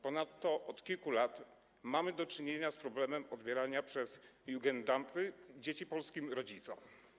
Ponadto od kilku lat mamy do czynienia z problemem odbierania przez Jugendamty dzieci polskim rodzicom.